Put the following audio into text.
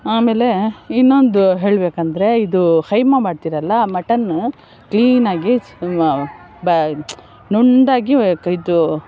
ಆಮೇಲೆ ಇನ್ನೊಂದು ಹೇಳ್ಬೇಕೆಂದರೆ ಇದು ಕೈಮ ಮಾಡ್ತೀರಲ್ಲ ಮಟನ್ ಕ್ಲೀನಾಗಿ ನುಣ್ಣದಾಗಿ ಇದು